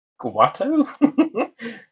guato